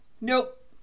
Nope